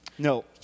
No